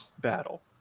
battle